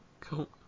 Cool